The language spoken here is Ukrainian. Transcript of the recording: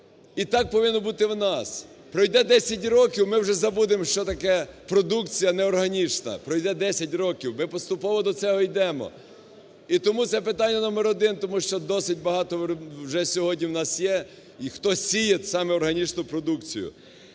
і так повинно бути в нас. Пройде 10 років, ми вже забудемо, що таке продукція неорганічна, пройде 10 років, ми поступово до цього йдемо. І тому це питання номер один, тому що досить багато вже сьогодні у нас є, і хто сіє саме органічну продукцію.